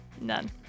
None